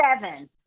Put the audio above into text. seven